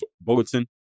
Bulletin